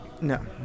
no